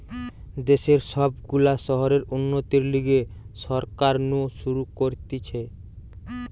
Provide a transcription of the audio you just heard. দেশের সব গুলা শহরের উন্নতির লিগে সরকার নু শুরু করতিছে